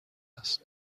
است